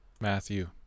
Matthew